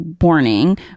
Warning